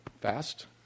fast